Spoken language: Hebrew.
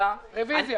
יחד אנחנו.